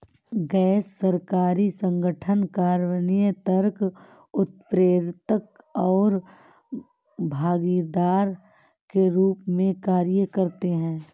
गैर सरकारी संगठन कार्यान्वयन कर्ता, उत्प्रेरक और भागीदार के रूप में कार्य करते हैं